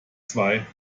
zwei